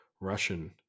Russian